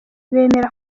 bemera